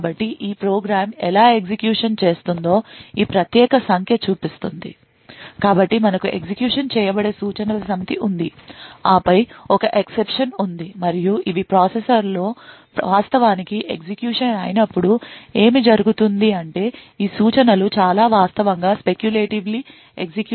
కాబట్టి ఈ ప్రోగ్రామ్ ఎలా ఎగ్జిక్యూషన్ చేస్తుందో ఈ ప్రత్యేక సంఖ్య చూపిస్తుంది కాబట్టి మనకు ఎగ్జిక్యూషన్ చేయబడే సూచనల సమితి ఉంది ఆపై ఒక ఎక్సెప్షన్ ఉంది మరియు ఇవి ప్రాసెసర్లో వాస్తవానికి ఎగ్జిక్యూషన్ అయినప్పుడు ఏమి జరుగుతుంది అంటే ఈ సూచనలు చాలా వాస్తవంగా speculatively ఎగ్జిక్యూషన్ చేయబడతాయి మరియు out of order